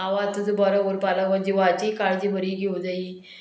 आवाज तुजो बरो उरपा लागून जिवाची काळजी बरी घेवं जायी